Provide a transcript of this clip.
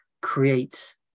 create